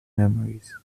memories